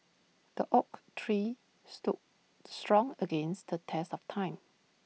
the oak tree stood strong against the test of time